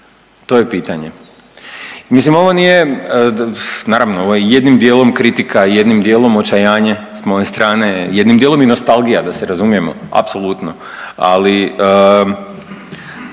to je pitanje. Mislim ovo nije, naravno ovo je jedim dijelom kritika, jednim dijelom očajanje s moje strane, jednim dijelom i nostalgija da se razumijemo apsolutno, ali